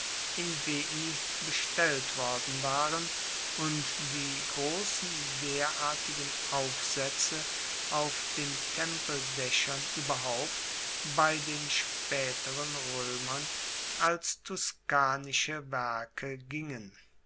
bestellt worden waren und die grossen derartigen aufsaetze auf den tempeldaechern ueberhaupt bei den spaeteren roemern als tuscanische werke gingen